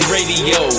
Radio